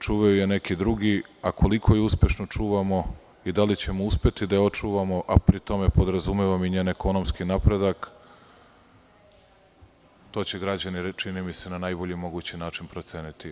Čuvaju je neki drugi, a koliko je uspešno čuvamo i da li ćemo uspeti da je očuvamo, a pri tome podrazumevam i njen ekonomski napredak, to će građani, čini mi se, na najbolji mogući način proceniti.